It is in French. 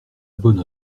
bonne